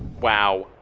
wow.